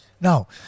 Now